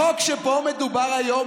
החוק שבו מדובר היום,